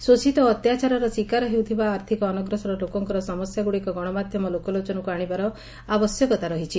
ଶୋଷିତ ଓ ଅତ୍ୟାଚାରର ଶିକାର ହେଉଥିବା ଆର୍ଥିକ ଅନଗ୍ରସର ଲୋକଙ୍କର ସମସ୍ୟାଗୁଡ଼ିକ ଗଶମାଧ୍ଧମ ଲୋକଲୋଚନକୁ ଆଶିବାର ଆବଶ୍ୟକତା ରହିଛି